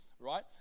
right